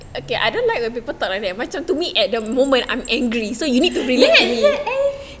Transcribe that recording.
there is it